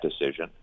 decision